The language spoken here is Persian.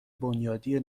بنیادی